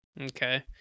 Okay